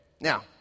Now